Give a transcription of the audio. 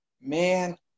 man